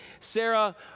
Sarah